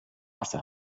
asse